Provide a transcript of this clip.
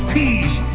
peace